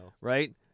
Right